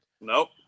Nope